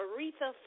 Aretha